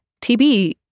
TB